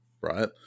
Right